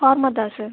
farmer தான் sir